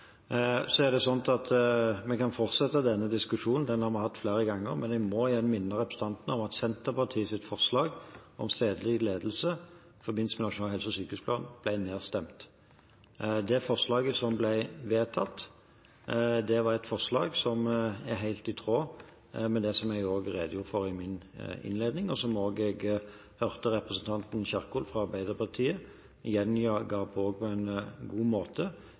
Så er det slik at vi kan fortsette denne diskusjonen, den har vi hatt flere ganger, men jeg må igjen minne representanten om at Senterpartiets forslag om stedlig ledelse i forbindelse med Nasjonal helse- og sykehusplan ble nedstemt. Det forslaget som ble vedtatt, var et forslag som er helt i tråd med det som jeg redegjorte for i min innledning, og som jeg også hørte at representanten Kjerkol fra Arbeiderpartiet gjenga på en god måte, nemlig at dette prinsippet skal håndteres også med en